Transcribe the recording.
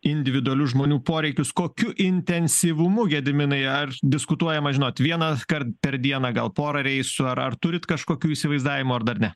individualių žmonių poreikius kokiu intensyvumu gediminai ar diskutuojama žinot vienąkart per dieną gal pora reisų ar ar turit kažkokių įsivaizdavimų ar dar ne